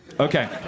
Okay